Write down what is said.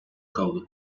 kaldı